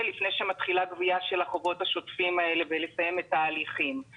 לפני שמתחילה גבייה של החובות השוטפים האלה ולסיים את ההליכים.